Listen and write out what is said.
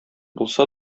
булса